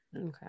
Okay